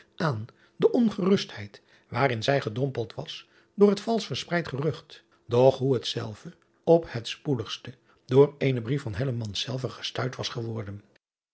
aan de ongerustheid waarin zij gedompeld was door het valsch verspreid gerucht doch hoe hetzelve op het spoedigste door eenen brief van zelven gestuit was geworden